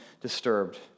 disturbed